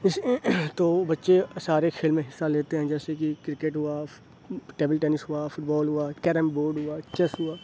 اِس تو بچے سارے کھیل میں حصّہ لیتے ہیں جیسے کہ کرکٹ ہُوا ٹیبل ٹینس ہُوا فٹ بال ہُوا کیرم بورڈ ہُوا چیس ہُوا